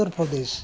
Uttar Pradesh